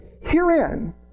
Herein